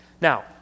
Now